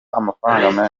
amafaranga